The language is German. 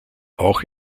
auch